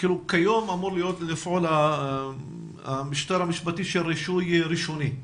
כיום אמור לפעול המשטר המשפטי של רישוי ראשוני.